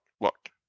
look